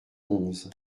onze